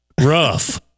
rough